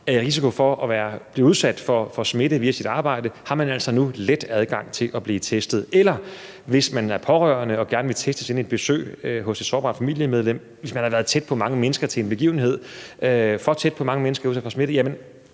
er i risiko for at blive udsat for smitte via sit arbejde, altså nu har let adgang til at blive testet, eller hvis man er pårørende og gerne vil testes inden et besøg hos et sårbart familiemedlem, hvis man har været tæt – for tæt – på mange mennesker til en begivenhed og udsat for smitte, kan